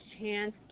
chance